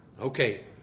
Okay